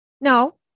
no